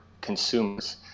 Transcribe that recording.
consumers